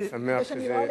אני שמח שזה,